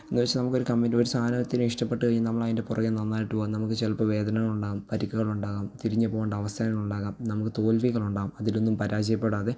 എന്നു വെച്ചാൽ നമുക്കൊരു കമ്പനി ഒരു സാധനത്തിനെ ഇഷ്ടപ്പെട്ടു കഴിഞ്ഞാൽ നമ്മളതിൻ്റെ പുറകെ നന്നായിട്ടു പോകും നമുക്ക് ചിലപ്പോൾ വേദനകളുണ്ടാകും പരിക്കുകളുണ്ടാകാം തിരിഞ്ഞു പോകേണ്ട അവസരങ്ങളുണ്ടാകാം നമുക്ക് തോൽവികളുണ്ടാകാം അതിലൊന്നും പരാജയപ്പെടാതെ